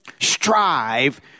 Strive